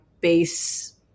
base